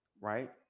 right